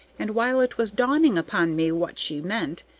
and while it was dawning upon me what she meant,